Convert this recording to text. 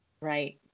Right